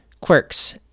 quirks